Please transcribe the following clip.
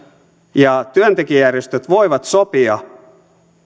ja työntekijäjärjestöt voivat sopia